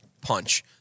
punch